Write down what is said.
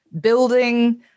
building